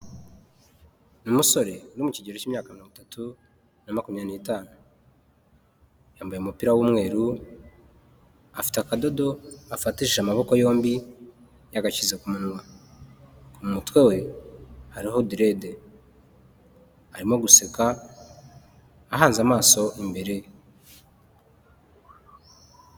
Umusore uri mu kigero cy'imyaka mirongo itatu na makumyabiri n'itanu, yambaye umupira w'umweru afite akadodo afatishije amaboko yombi yagashyize ku munwa, ku mutwe we hariho direde, arimo guseka ahanze amaso imbere ye.